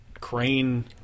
crane